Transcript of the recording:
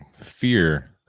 fear